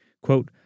Quote